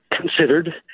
considered